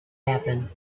happen